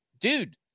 Dude